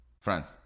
France